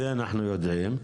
זה אנחנו יודעים,